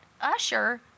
usher